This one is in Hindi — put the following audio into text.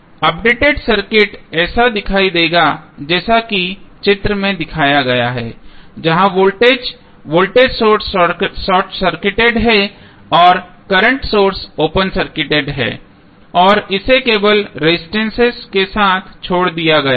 अपडेटेड सर्किट ऐसा दिखाई देगा जैसा कि चित्र में दिखाया गया है जहां voltage voltage source short circuited है और करंट सोर्स ओपन सर्किटेड है और इसे केवल रेसिस्टेन्सेस के साथ छोड़ दिया गया है